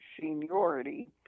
seniority